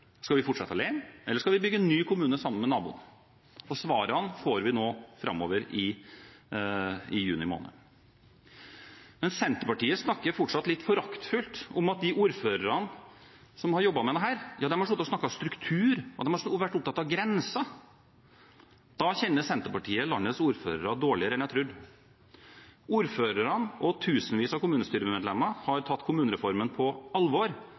Skal vi fortsette alene, eller skal vi bygge ny kommune sammen med naboen? Svarene får vi nå framover i juni måned. Senterpartiet snakker fortsatt litt foraktfullt om ordførerne som har jobbet med dette, at de har sittet og snakket struktur og vært opptatt av grenser. Da kjenner Senterpartiet landets ordførere dårligere enn jeg trodde. Ordførerne og tusenvis av kommunestyremedlemmer har tatt kommunereformen på alvor